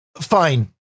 Fine